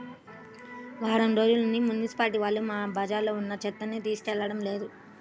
వారం రోజుల్నుంచి మున్సిపాలిటీ వాళ్ళు మా బజార్లో ఉన్న చెత్తని తీసుకెళ్లడం లేదు